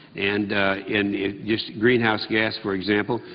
and and just greenhouse gases, for example,